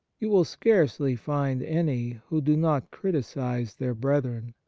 you will scarcely find any who do not criticize their brethren.